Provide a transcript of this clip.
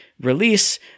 release